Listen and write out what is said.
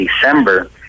December